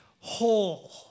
whole